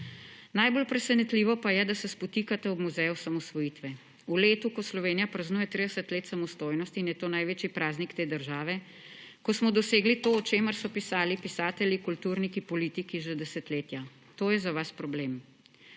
Najbolj presenetljivo pa je, da se spotikate ob Muzej osamosvojitve. V letu, ko Slovenija praznuje 30 let samostojnosti in je to največji praznik te države, ko smo dosegli to, o čemer so pisali pisatelji, kulturniki, politiki že desetletja – to je za vas problem.